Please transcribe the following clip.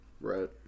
Right